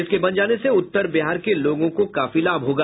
इसके बन जाने से उत्तर बिहार के लोगों को काफी लाभ होगा